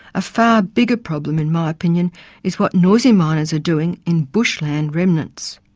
a far bigger problem in my opinion is what noisy miners are doing in bushland remnants.